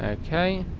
ah okay,